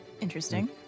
Interesting